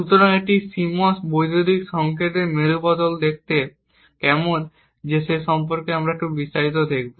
সুতরাং একটি CMOS বৈদ্যুতিন সংকেতের মেরু বদল দেখতে কেমন সে সম্পর্কে আমরা একটু বিস্তারিত দেখব